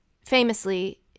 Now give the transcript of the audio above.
famously